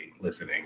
listening